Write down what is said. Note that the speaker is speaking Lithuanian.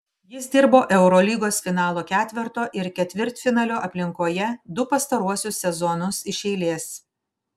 jis dirbo eurolygos finalo ketverto ir ketvirtfinalio aplinkoje du pastaruosius sezonus iš eilės